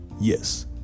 Yes